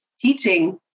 teaching